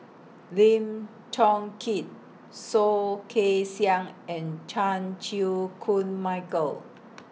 Lim Chong Keat Soh Kay Siang and Chan Chew Koon Michael